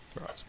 Right